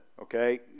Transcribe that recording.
Okay